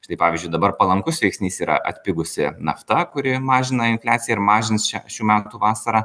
štai pavyzdžiui dabar palankus veiksnys yra atpigusi nafta kuri mažina infliaciją ir mažins šią šių metų vasarą